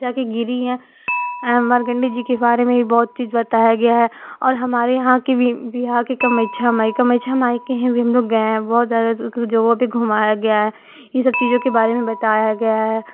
जा कर गिरी हैं मार्कण्डेय जी के बारे में बहुत चीज़ बताया गया है और हमारे यहाँ की भी कि यहाँ कि कामाख्या माई कामाख्या माई के भी हम लोग गये हैं बहुत ज़्यादा जगहों पर घुमाया गया है इन सब चीजों के बारे बताया गया है